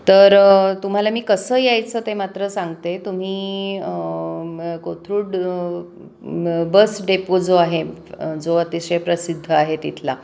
तर तुम्हाला मी कसं यायचं ते मात्र सांगते तुम्ही कोथरूड बस डेपो जो आहे जो अतिशय प्रसिद्ध आहे तिथला